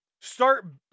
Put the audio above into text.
start